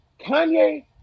Kanye